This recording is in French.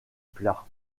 plat